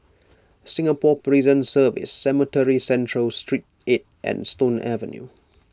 Singapore Prison Service Cemetry Central Street eight and Stone Avenue